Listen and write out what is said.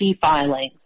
filings